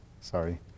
Sorry